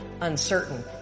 uncertain